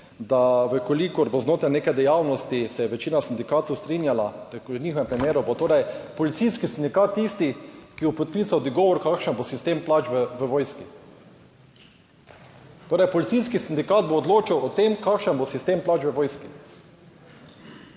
da v kolikor bo znotraj neke dejavnosti, se je večina sindikatov strinjala, v njihovem primeru bo torej policijski sindikat tisti, ki bo podpisal dogovor, kakšen bo sistem plač v vojski. Torej, policijski sindikat bo odločal o tem, kakšen bo sistem plač v vojski.